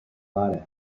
laude